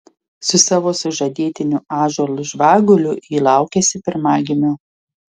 su savo sužadėtiniu ąžuolu žvaguliu ji laukiasi pirmagimio